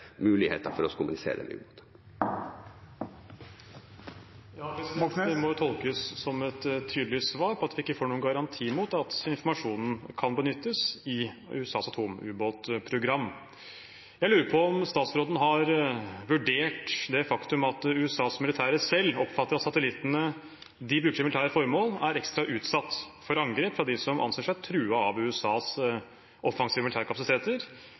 muligheter for å kommunisere med ubåter. Det må tolkes som et tydelig svar på at vi ikke får noen garanti mot at informasjonen kan benyttes i USAs atomubåtprogram. Jeg lurer på om statsråden har vurdert det faktum at USAs militære selv oppfatter at satellittene de bruker til militære formål, er ekstra utsatt for angrep fra dem som anser seg truet av USAs offensive militære kapasiteter,